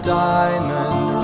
diamond